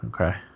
Okay